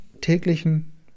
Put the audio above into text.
täglichen